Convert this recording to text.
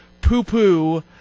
poo-poo